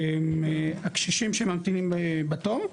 הקשישים שממתינים בתור?